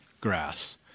grass